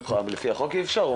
לפי החוק אי אפשר?